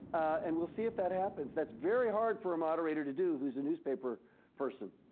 and we'll see if that happens. that's very hard for a moderator to do who's a newspaper person.